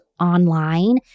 online